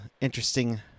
interesting